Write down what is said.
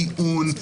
טיעון,